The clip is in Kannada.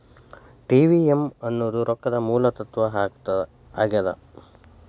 ಟಿ.ವಿ.ಎಂ ಅನ್ನೋದ್ ರೊಕ್ಕದ ಮೂಲ ತತ್ವ ಆಗ್ಯಾದ